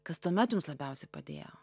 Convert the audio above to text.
kas tuomet jums labiausiai padėjo